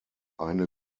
eine